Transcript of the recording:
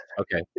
Okay